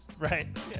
Right